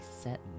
set